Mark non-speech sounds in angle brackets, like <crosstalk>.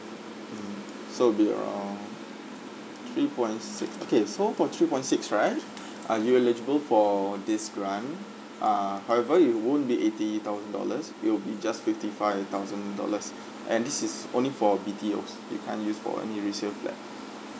mm so be uh three point six okay so for three point six right <breath> ah you're eligible for this grant ah however it won't be eighty thousand dollars it will be just fifty five thousand dollars and this is only for B_T_Os you can't use for any resale flat